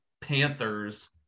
Panthers